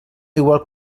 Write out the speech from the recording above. igual